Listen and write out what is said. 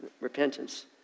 repentance